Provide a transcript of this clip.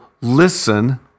listen